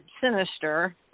sinister